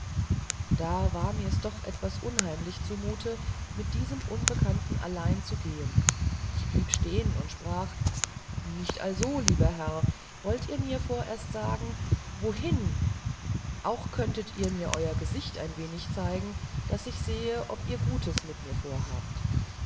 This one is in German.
da ward mir's doch etwas unheimlich zumut mit diesem unbekannten allein zu gehen ich blieb stehen und sprach nicht also lieber herr wollet ihr mir vorerst sagen wohin auch könnet ihr mir euer gesicht ein wenig zeigen daß ich sehe ob ihr gutes mit mir vorhabt